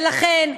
ולכן,